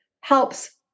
helps